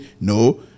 no